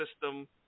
system